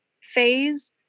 phase